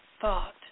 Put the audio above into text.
thought